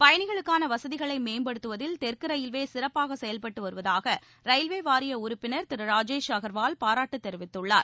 பயணிகளுக்கான வசதிகளை மேம்படுத்துவதில் தெற்கு ரயில்வே சிறப்பாக செயல்பட்டு வருவதாக ரயில்வே வாரிய உறுப்பினர் திரு ராஜேஷ் அகர்வால் பாராட்டு தெரிவித்துள்ளார்